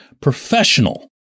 professional